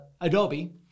adobe